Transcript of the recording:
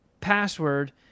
password